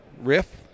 Riff